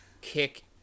Kick